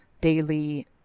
daily